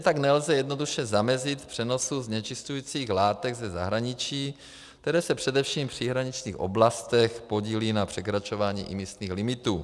Stejně tak nelze jednoduše zamezit přenosu znečišťujících látek ze zahraničí, které se především v příhraničních oblastech podílejí na překračování imisních limitů.